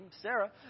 Sarah